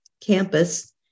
campus